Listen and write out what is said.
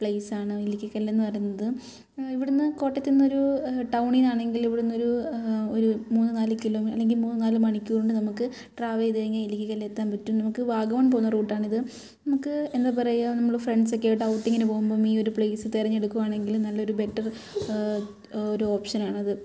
place ആണ് ഇല്ലിക്കൽകല്ല് എന്ന് പറയുന്നത് ഇവിടുന്ന് കോട്ടയത്ത് നിന്നൊരു ടൗണിൽ നിന്നാണെങ്കിൽ ഇവിടുന്ന് ഒരു ഒരു മൂന്ന് നാല് കിലോ അല്ലെങ്കിൽ മൂന്ന് നാല് മണിക്കൂറിന് നമുക്ക് ട്രാവൽ ചെയ്ത് കഴിഞ്ഞാൽ ഇല്ലിക്കൽകല്ല് എത്താൻ പറ്റും നമുക്ക് വാഗമൺ പോകുന്ന റൂട്ട് ആണ് ഇത് നമുക്ക് എന്താണ് പറയുക നമ്മൾ ഫ്രണ്ട്സ് ഒക്കെ ആയിട്ട് ഔട്ടിങ് പോകുമ്പോൾ ഈ ഒരു പ്ലെയ്സ് തിരഞ്ഞെടുക്കുവാണെങ്കിൽ നല്ലൊരു ബെറ്റർ ഒരു ഓപ്ഷൻ ആണ് അത്